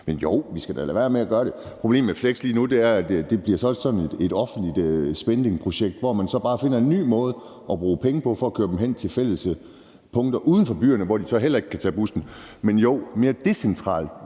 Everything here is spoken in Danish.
Men vi skal da lade være med at gøre det. Problemet med flex lige nu er, at det bliver sådan et offentligt spendingprojekt, hvor man så bare finder en ny måde at bruge penge på for at køre folk hen til fælles punkter uden for byerne, hvor de så heller ikke kan tage bussen. Men jo, mere decentrale